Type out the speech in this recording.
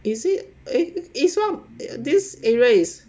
is it eh this [one] this area is